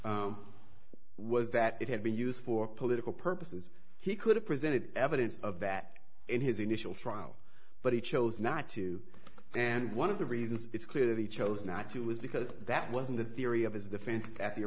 was that it had been used for political purposes he could have presented evidence of that in his initial trial but he chose not to and one of the reasons it's clear that he chose not to was because that wasn't a theory of his defense